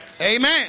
Amen